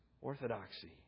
orthodoxy